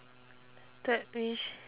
third wish